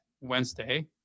Wednesday